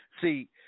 See